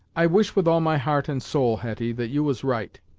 i wish with all my heart and soul, hetty, that you was right,